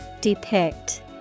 Depict